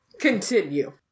Continue